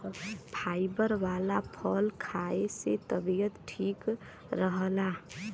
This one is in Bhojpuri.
फाइबर वाला फल खाए से तबियत ठीक रहला